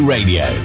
Radio